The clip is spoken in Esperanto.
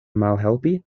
malhelpi